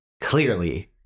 clearly